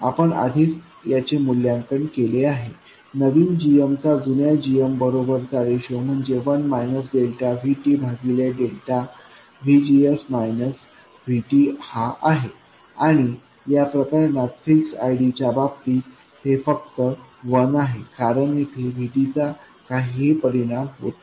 आपण आधीच याचे मूल्यांकन केले आहे नवीन gmचा जुन्या gm बरोबर चा रेशो म्हणजे 1 मायनस डेल्टा VT भागिले डेल्टा VGS VT हा आहे आणि या प्रकरणात फिक्स IDच्या बाबतीत हे फक्त 1 आहे कारण येथे VTचा काहीही परिणाम होत नाही